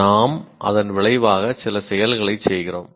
நாம் அதன் விளைவாக சில செயல்களைச் செய்கிறோம்